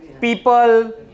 People